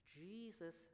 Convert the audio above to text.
Jesus